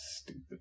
Stupid